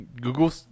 Google